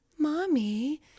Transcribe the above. mommy